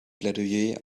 plädoyer